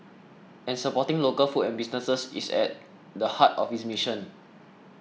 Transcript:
and supporting local food and businesses is at the heart of its mission